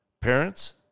parents